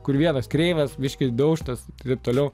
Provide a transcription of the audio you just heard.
kur vienas kreivas biškį daužtas taip toliau